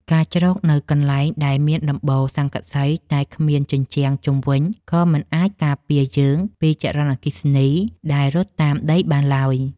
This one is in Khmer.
ការជ្រកនៅកន្លែងដែលមានដំបូលស័ង្កសីតែគ្មានជញ្ជាំងជុំវិញក៏មិនអាចការពារយើងពីចរន្តអគ្គិសនីដែលរត់តាមដីបានឡើយ។